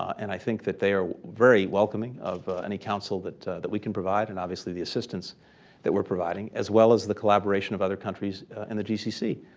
and i think that they are very welcoming of any counsel that that we can provide, and obviously the assistance that we are providing, as well as the collaboration of other countries in the gcc.